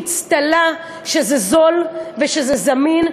באצטלה שזה זול ושזה זמין,